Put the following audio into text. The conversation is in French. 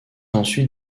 ensuite